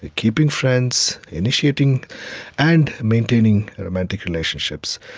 ah keeping friends, initiating and maintaining romantic relationships.